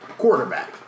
quarterback